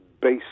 base